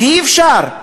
כי אי-אפשר,